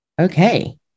Okay